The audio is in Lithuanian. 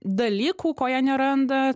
dalykų ko jie neranda